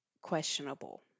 questionable